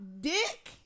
dick